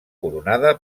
coronada